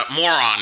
moron